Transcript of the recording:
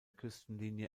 küstenlinie